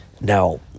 Now